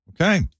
okay